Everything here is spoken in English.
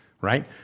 right